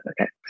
okay